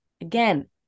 Again